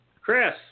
Chris